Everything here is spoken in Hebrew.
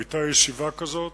היתה ישיבה כזאת,